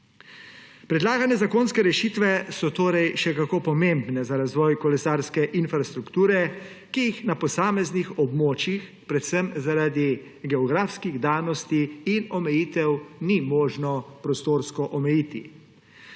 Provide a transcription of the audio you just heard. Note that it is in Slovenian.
Predlagane zakonske rešitve so torej še kako pomembne za razvoj kolesarske infrastrukture, ki je na posameznih območjih predvsem zaradi geografskih danosti in omejitev ni možno prostorsko omejiti.